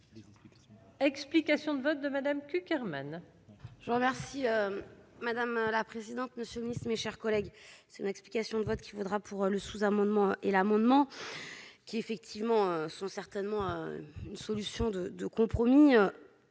Explications de vote de Madame Cukierman. Je vous remercie, madame la présidente, monsieur unissent, mes chers collègues, c'est une explication de vote qui viendra pour le sous-amendement et l'amendement qui effectivement sont certainement une solution de compromis,